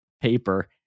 paper